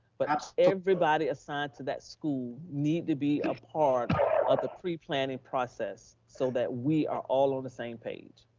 but everybody assigned to that school needs to be a part of the pre-planning process so that we are all on the same page.